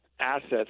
assets